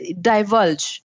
divulge